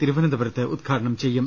തിരുവനന്തപുരത്ത് ഉദ്ഘാടനം ചെയ്യും